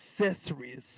accessories